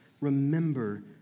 Remember